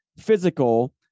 physical